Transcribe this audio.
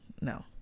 no